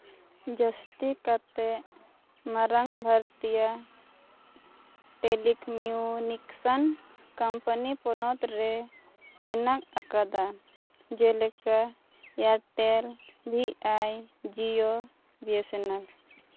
ᱡᱟᱹᱥᱛᱤ ᱠᱟᱭᱛᱮ ᱢᱟᱨᱟᱝ ᱵᱷᱟᱨᱛᱤᱭᱟᱹ ᱴᱮᱞᱤᱠᱱᱤᱭᱩᱱᱤᱠᱥᱚᱱ ᱠᱚᱢᱯᱟᱱᱤ ᱯᱚᱱᱚᱛ ᱨᱮ ᱢᱮᱱᱟᱜ ᱠᱟᱟᱫᱟ ᱡᱮᱞᱮᱠᱟ ᱮᱭᱟᱨᱴᱮᱞ ᱵᱷᱤ ᱟᱭ ᱡᱤᱭᱳ ᱵᱤᱭᱮᱥᱮᱱᱮᱞ